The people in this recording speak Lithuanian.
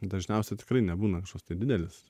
dažniausiai tikrai nebūna kažkoks tai didelis